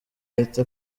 ahita